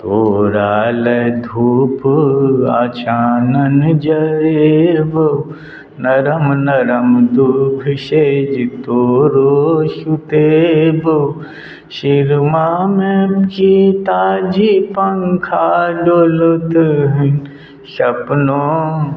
तोरालए धूप आ चानन जरेबहु नरम नरम दूभि सेज तोरो सुतेबहु सिरमामे सीताजी पङ्खा डोलौथुन सपनो